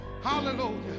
hallelujah